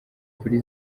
kuri